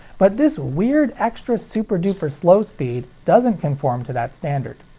but this weird extra super duper slow speed doesn't conform to that standard.